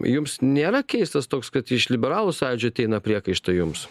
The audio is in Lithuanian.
jums nėra keistas toks kad iš liberalų sąjūdžio ateina priekaištai jums